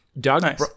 Doug